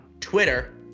twitter